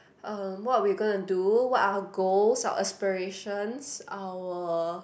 um what are we going to do what are goals our aspirations our